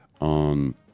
on